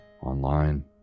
online